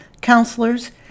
counselors